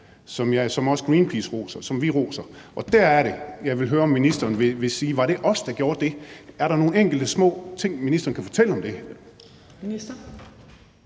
som vi roser. Og det er der, jeg vil høre, om ministeren også vil sige, at det var os, der gjorde det. Er der nogle enkelte små ting, ministeren kan fortælle om det?